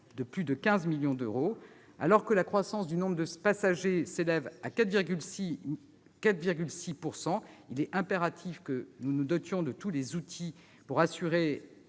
Très bien ! Parfait ! Alors que la croissance du nombre de passagers s'élève à 4,6 %, il est impératif que nous nous dotions de tous les outils pour assurer